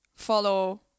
follow